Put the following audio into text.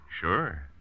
Sure